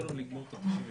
תראה,